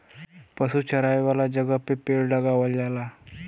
पशु चरावे वाला जगह पे पेड़ लगावल जाला